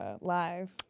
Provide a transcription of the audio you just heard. live